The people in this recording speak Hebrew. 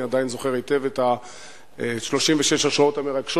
אני עדיין זוכר היטב את 36 השעות המרגשות